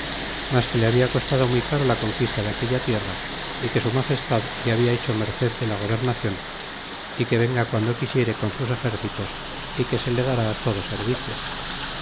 mas que le había costado muy caro la conquista de aquella tierra y que su magestad le habia hecho merced de la gobernacion y que venga guando quisiere con sus exércitos y que se le hará todo servicio